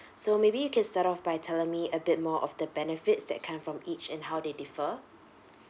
so maybe you can start off by telling me a bit more of the benefits that comes from each and how they differ